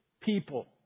people